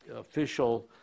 official